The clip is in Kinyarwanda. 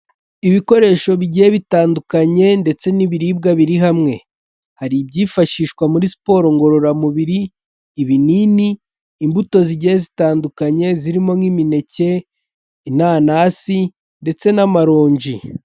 Ibikoresho bigiye bitandukanye ndetse n'ibiribwa biri hamwe, hari ibyifashishwa muri siporo ngororamubiri, ibinini, imbuto zigiye zitandukanye, zirimo: nk'imineke, inanasi, ndetse n'amaronji.